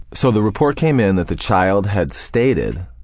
so the report came in that the child had stated